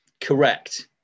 Correct